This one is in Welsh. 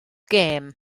gem